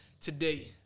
today